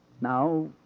Now